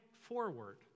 forward